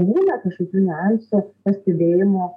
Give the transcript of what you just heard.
būna kažkokių niuansų pastebėjimo